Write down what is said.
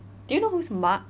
do you know who is mark